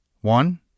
One